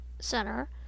center